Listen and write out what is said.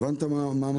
הבנת מה המשמעות?